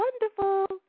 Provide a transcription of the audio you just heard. wonderful